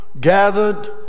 gathered